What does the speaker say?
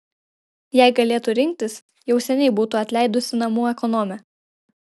jei galėtų rinktis jau seniai būtų atleidusi namų ekonomę